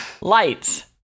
lights